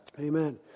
Amen